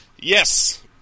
Yes